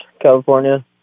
California